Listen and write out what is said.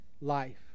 life